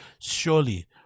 surely